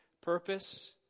purpose